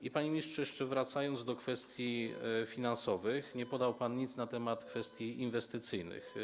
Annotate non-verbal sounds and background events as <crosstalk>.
I, panie ministrze, jeszcze wracając do kwestii <noise> finansowych - nie powiedział pan nic na temat kwestii inwestycyjnych.